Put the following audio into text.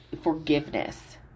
forgiveness